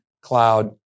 cloud